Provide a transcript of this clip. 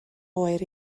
oer